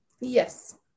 Yes